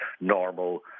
normal